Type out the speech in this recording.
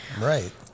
Right